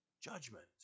judgment